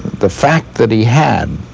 the fact that he had